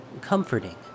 comforting